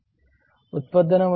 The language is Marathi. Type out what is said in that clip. उत्पादनामध्ये 3